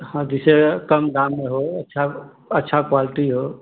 हाँ जैसे कम दाम में हो अच्छा अच्छा क्वालटी हो